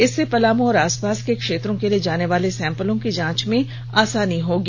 इससे पलामू और आसपास के क्षेत्रों से लिए जानेवाले सैंपलों की जांच में आसानी होगी